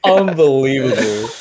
unbelievable